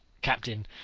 captain